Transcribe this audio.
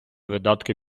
видатки